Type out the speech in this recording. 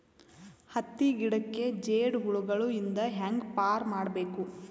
ಹತ್ತಿ ಗಿಡಕ್ಕೆ ಜೇಡ ಹುಳಗಳು ಇಂದ ಹ್ಯಾಂಗ್ ಪಾರ್ ಮಾಡಬೇಕು?